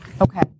Okay